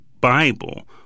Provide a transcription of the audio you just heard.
Bible